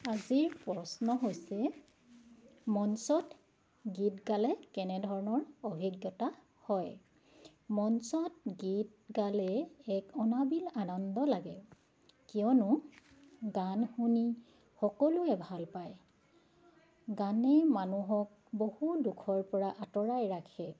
আজিৰ প্ৰশ্ন হৈছে মঞ্চত গীত গালে কেনেধৰণৰ অভিজ্ঞতা হয় মঞ্চত গীত গালে এক অনাবিল আনন্দ লাগে কিয়নো গান শুনি সকলোৱে ভাল পায় গানেই মানুহক বহু দুখৰ পৰা আঁতৰাই ৰাখে